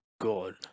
god